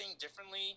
differently